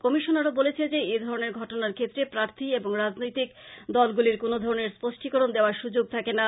commission আরো বলেছে যে এ ধরণের ঘটনার ক্ষেত্রে প্রার্থী এবং রাজনেতিক দলগুলির কোনধরণের স্পষ্টিকরণ দেওয়ার সুযোগ থাকে না